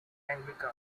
anglican